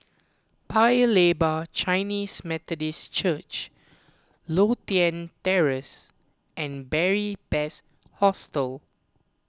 Paya Lebar Chinese Methodist Church Lothian Terrace and Beary Best Hostel